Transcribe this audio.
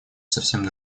совсем